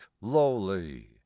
lowly